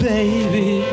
Baby